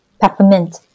Peppermint